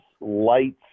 lights